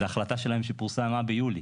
זו החלטה שלהם שפורסמה ביולי.